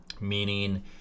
meaning